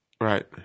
Right